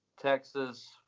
Texas